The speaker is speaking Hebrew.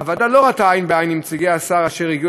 הוועדה לא ראתה עין בעין עם נציגי השר אשר הגיעו